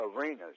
arenas